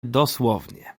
dosłownie